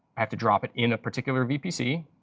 have to drop it in a particular vpc.